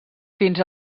fins